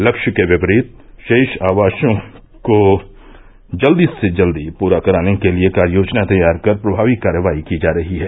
लक्ष्य के विपरीत शेष आवासों को जल्दी से जल्दी पूरा कराने के लिए कार्ययोजना तैयार कर प्रभावी कार्यवाही की जा रही है